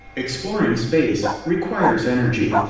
exploring space requires energy.